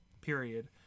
period